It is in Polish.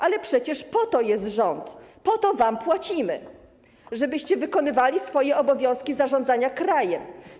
Ale przecież po to jest rząd, po to wam płacimy, żebyście wykonywali swoje obowiązki zarządzania krajem.